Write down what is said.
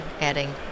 adding